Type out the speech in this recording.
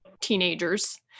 teenagers